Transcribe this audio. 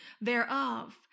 thereof